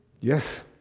yes